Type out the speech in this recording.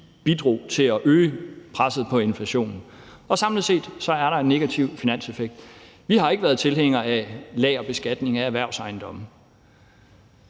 bidrog til at øge presset på inflationen. Og samlet set er der en negativ finanseffekt. Vi har ikke været tilhængere af lagerbeskatning af erhvervsejendomme.